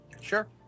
Sure